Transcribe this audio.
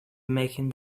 making